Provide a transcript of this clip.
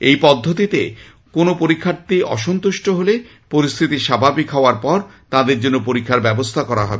এই পদ্ধতিতে কোনো পরীক্ষার্থী অসন্কষ্ট হলে পরিস্থিতি স্বাভাবিক হওয়ার পর তাদের জন্য পরীক্ষার ব্যবস্থা করা হবে